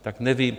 Tak nevím.